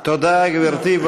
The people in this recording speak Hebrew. תודה, גברתי.